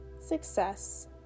success